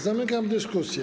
Zamykam dyskusję.